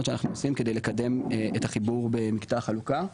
שאנחנו עושים כדי לקדם את החיבור במקטע החלוקה,